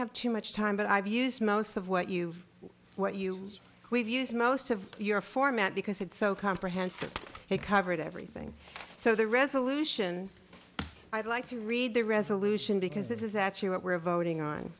have too much time but i've used most of what you what you we've used most of your format because it's so comprehensive it covered everything so the resolution i'd like to read the resolution because this is actually what we're voting on